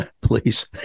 please